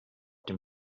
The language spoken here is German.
dem